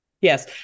Yes